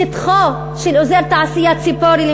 שטחו של אזור תעשייה ציפורי,